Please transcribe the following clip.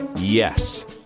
Yes